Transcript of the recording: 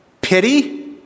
pity